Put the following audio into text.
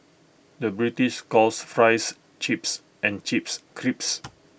the British calls Fries Chips and Chips Crisps